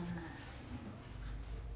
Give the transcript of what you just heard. ah